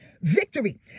victory